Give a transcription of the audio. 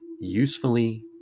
usefully